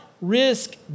risk